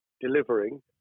delivering